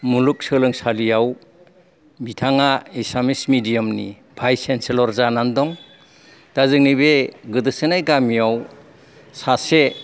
मुलुग सोलोंसालियाव बिथाङा एसामिस मिदियामनि भाइस चेनसेलर जानानै दं दा जोंनि बे गोदोसोनाय गामियाव सासे